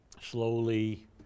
slowly